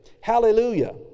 Hallelujah